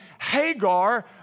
Hagar